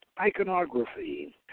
iconography